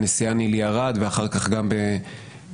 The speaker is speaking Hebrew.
הנשיאה נילי ארד ואחר-כך גם בבג"ץ,